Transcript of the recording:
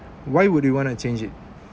why would you want to change it